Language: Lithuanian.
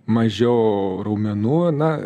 mažiau raumenų na